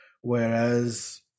Whereas